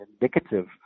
indicative